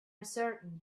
certain